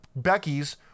Beckys